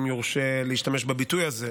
אם יורשה להשתמש בביטוי הזה,